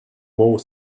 more